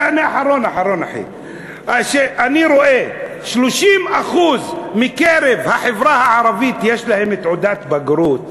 אני רואה של-30% מקרב החברה הערבית יש תעודת בגרות.